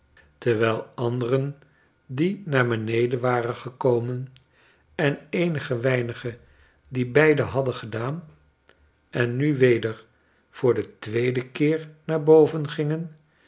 terwijl anderen die naar beneden waren gekomen en eenige weinigen die beide hadden gedaan en nu weder voor den tweeden keer naar boven gingen